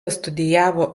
studijavo